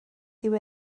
dyw